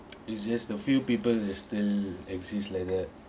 it's just the few people they still exist like that